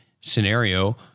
scenario